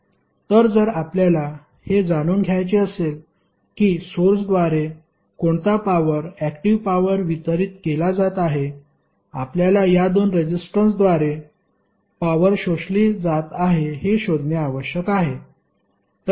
तर जर आपल्याला हे जाणून घ्यायचे असेल की सोर्सद्वारे कोणता पॉवर ऍक्टिव्ह पॉवर वितरित केला जात आहे आपल्याला या दोन रेजिस्टन्सद्वारे पॉवर शोषली जात आहे हे शोधणे आवश्यक आहे